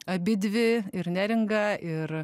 abidvi ir neringa ir